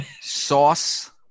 sauce